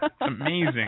Amazing